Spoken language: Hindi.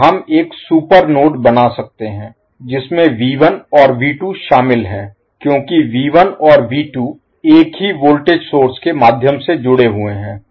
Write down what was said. तो हम एक सुपर नोड बना सकते हैं जिसमें और शामिल हैं क्योंकि और एक ही वोल्टेज सोर्स स्रोत Source के माध्यम से जुड़े हुए हैं